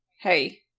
hey